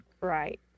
Right